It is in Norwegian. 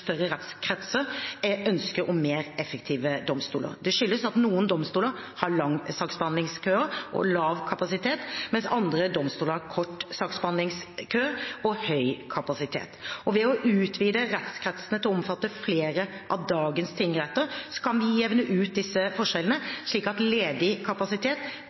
større rettskretser er ønsket om mer effektive domstoler. Det skyldes at noen domstoler har lange saksbehandlingskøer og lav kapasitet, mens andre domstoler har kort saksbehandlingskø og høy kapasitet. Ved å utvide rettskretsene til å omfatte flere av dagens tingretter kan vi jevne ut disse forskjellene, slik at ledig kapasitet